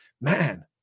Man